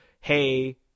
hey